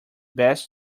best